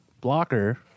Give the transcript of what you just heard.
blocker